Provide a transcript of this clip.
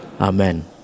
Amen